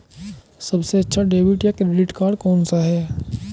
सबसे अच्छा डेबिट या क्रेडिट कार्ड कौन सा है?